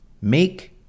Make